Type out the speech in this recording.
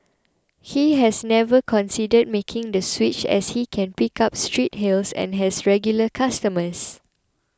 he has never considered making the switch as he can pick up street hails and has regular customers